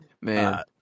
Man